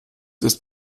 ist